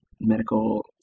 medical